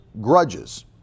grudges